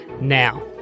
Now